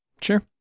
sure